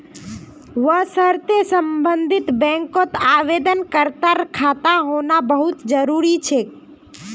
वशर्ते सम्बन्धित बैंकत आवेदनकर्तार खाता होना बहु त जरूरी छेक